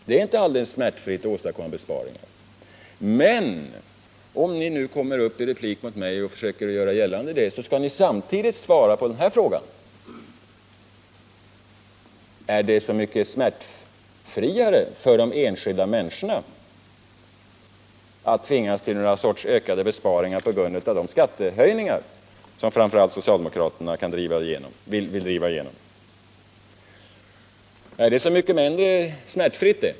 Det är inte helt smärtfritt att åstadkomma besparingar. Men om ni nu kommer upp i replik mot mig och försöker göra detta gällande, skall ni samtidigt svara på frågan: Är det så mycket mindre smärtsamt för de enskilda människorna att tvingas till ökade besparingar på grund av de skattehöjningar som framför allt socialdemokraterna vill driva igenom? Är det så mycket mindre smärtsamt?